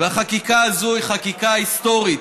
החקיקה הזאת היא חקיקה היסטורית.